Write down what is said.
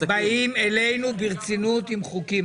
אתם באים אלינו ברצינות עם חוקים,